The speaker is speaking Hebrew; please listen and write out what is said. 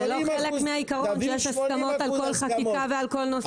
זה לא חלק מהעיקרון שיש הסכמות על כל חקיקה ועל כל נושא.